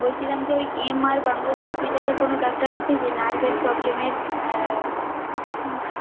বলছিলাম যে ওই এমআর বাঙ্গুর হসপিটালে কোনো ডাক্টার আছে যে নার্ভের প্রবলেমের